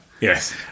Yes